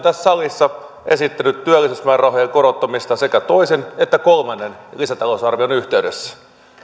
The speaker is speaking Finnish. tässä salissa esittänyt työllisyysmäärärahojen korottamista sekä toisen että kolmannen lisätalousarvion yhteydessä